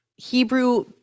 Hebrew